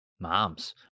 moms